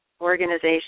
organization